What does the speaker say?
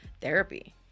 therapy